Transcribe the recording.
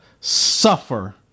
suffer